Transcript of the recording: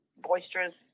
boisterous